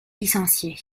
licencié